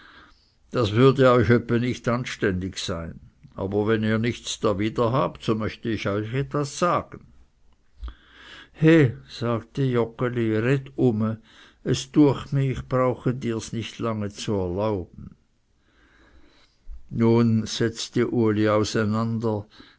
das würde euch öppe nicht anständig sein aber wenn ihr nichts darwider habt so möchte ich euch etwas sagen he sagte joggeli red ume es düecht mich ich brauche dirs nicht lange zu erlauben nun setzte uli auseinander